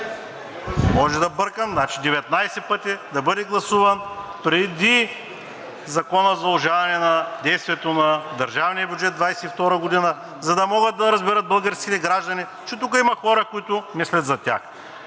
Може да бъркам, значи 19 пъти, да бъде гласуван преди Закона за удължаване действието на държавния бюджет 2022 г., за да могат да разберат българските граждани, че тук има хора, които мислят за тях.